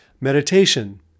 Meditation